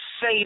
Say